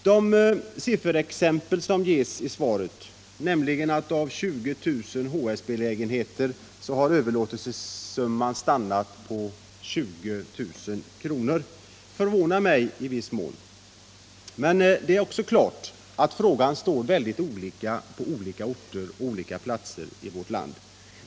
De sifferexempel som ges i svaret, nämligen att den genomsnittliga överlåtelsesumman för 20000 HSB-lägenheter som överlåtits på ett år har stannat vid 20 000 kr., förvånar mig i viss mån, men det är också klart att dessa förhållanden är synnerligen olika på olika orter i vårt land.